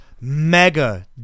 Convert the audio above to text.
mega